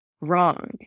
wrong